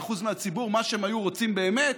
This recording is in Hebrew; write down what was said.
ש-74% מהציבור, מה שהם היו רוצים באמת